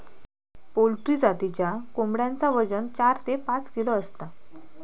poultry जातीच्या कोंबड्यांचा वजन चार ते पाच किलो असता